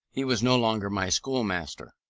he was no longer my schoolmaster.